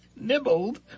Nibbled